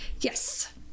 Yes